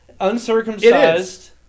Uncircumcised